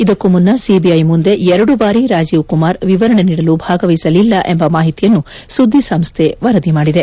ಇದಕ್ಕೂ ಮುನ್ತ ಸಿಬಿಐ ಮುಂದೆ ಎರಡು ಬಾರಿ ರಾಜೀವ್ ಕುಮಾರ್ ವಿವರಣೆ ನೀಡಲು ಭಾಗವಹಿಸಲಿಲ್ಲ ಎಂಬ ಮಾಹಿತಿಯನ್ನು ಸುದ್ದಿ ಸಂಸ್ದೆ ವರದಿ ಮಾಡಿದೆ